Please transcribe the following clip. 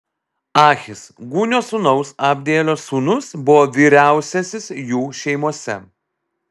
ahis gūnio sūnaus abdielio sūnus buvo vyriausiasis jų šeimose